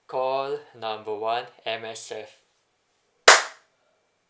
call number one M_S_F